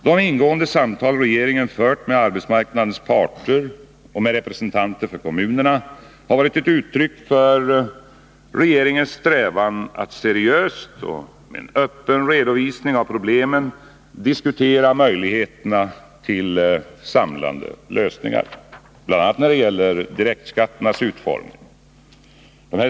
De ingående samtal som regeringen fört med arbetsmarknadens parter och med representanter för kommunerna har varit ett uttryck för vår strävan att seriöst och med en öppen redovisning av problemen diskutera möjligheterna till samlade lösningar, bl.a. när det gäller direktskatternas utformning.